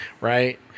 right